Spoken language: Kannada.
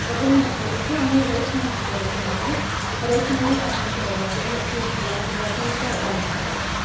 ಒಗ್ಗರಣೆ ಹಾಕ್ಕೋಬೇಕು ಆಮೇಲೆ ರೈಸ್ ಮಾಡ್ಕೋಬೇಕು ಮೊದ್ಲು ರೈಸಿನಲ್ಲಿ ಒಂದು ಏಲಕ್ಕಿ ಒಂದು ಲವಂಗ ಸ್ವಲ್ಪ ದಾಲ್ಚಿನ್ನಿ